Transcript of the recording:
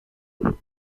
puis